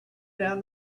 down